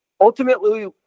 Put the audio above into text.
Ultimately